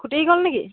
ফুটি গ'লনে কি